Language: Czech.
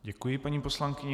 Děkuji paní poslankyni.